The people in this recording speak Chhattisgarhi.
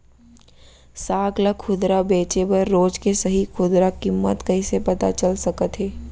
साग ला खुदरा बेचे बर रोज के सही खुदरा किम्मत कइसे पता चल सकत हे?